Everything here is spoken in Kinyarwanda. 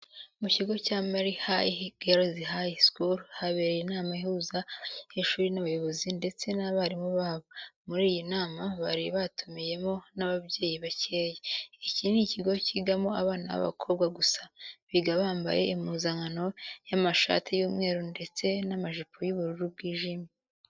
Mu kigo cya Maryhill Girls High School habereye inama ihuza abanyeshuri n'abayobozi ndetse n'abarimu babo. Muri iyi nama bari batumiyemo n'ababyeyi bakeya. Iki ni ikigo cyigamo abana b'abakobwa gusa. Biga bambaye impuzankano y'amashati y'umweru ndetse n'amajipo y'ubururu bwijimye.